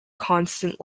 constant